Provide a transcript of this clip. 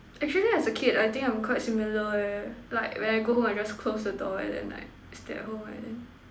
actually as a kid I think I'm quite similar eh like when I go home I just close the door and then like stay at home and then